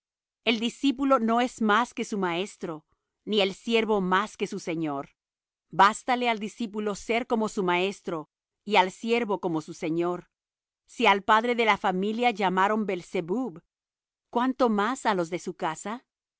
el discípulo no es más que su maestro ni el siervo más que su señor bástale al discípulo ser como su maestro y al siervo como su señor si al padre de la familia llamaron beelzebub cuánto más á los de su casa